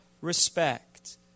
respect